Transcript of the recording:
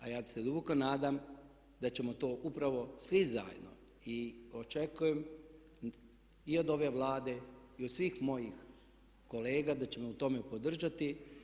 A ja se duboko nadam da ćemo to upravo svi zajedno i očekujem i od ove Vlade i od svih mojih kolega da će me u tome podržati.